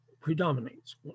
predominates